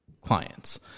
clients